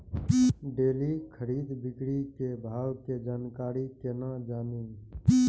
Daily खरीद बिक्री के भाव के जानकारी केना जानी?